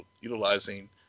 utilizing